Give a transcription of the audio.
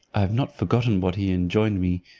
i have not forgotten what he enjoined me,